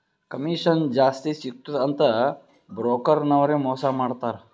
commission ಜಾಸ್ತಿ ಸಿಗ್ತುದ ಅಂತ್ ಬ್ರೋಕರ್ ನವ್ರೆ ಮೋಸಾ ಮಾಡ್ತಾರ್